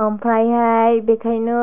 ओमफ्रायहाय बेखायनो